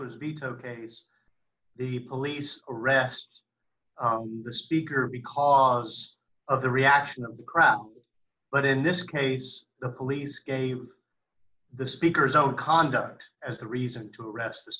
pays the police arrest the speaker because of the reaction of the crowd but in this case the police gave the speaker's own conduct as a reason to arrest the